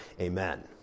Amen